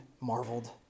marveled